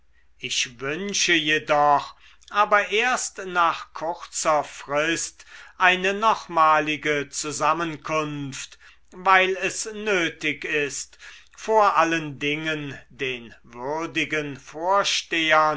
ich wünsche jedoch aber erst nach kurzer frist eine nochmalige zusammenkunft weil es nötig ist vor allen dingen den würdigen vorstehern